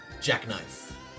Jackknife